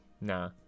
Nah